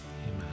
Amen